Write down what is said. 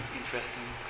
interesting